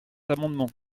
amendement